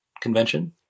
convention